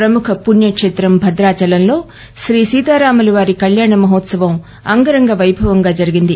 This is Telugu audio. ప్రముఖ పుణ్యకేత్రం భద్రాచంలో శ్రీ సీతారాము వారి కళ్యాణ మహోత్సవం ఆంగరంగ వైభవంగా జరిగింది